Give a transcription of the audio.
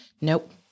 nope